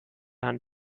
hand